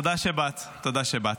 תודה שבאת.